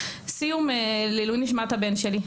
סיום לעילוי נשמת הבן שלי,